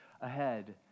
ahead